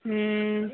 हूँ